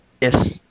yes